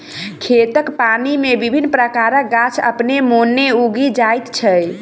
खेतक पानि मे विभिन्न प्रकारक गाछ अपने मोने उगि जाइत छै